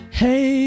hey